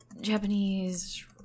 Japanese